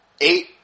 eight